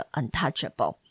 untouchable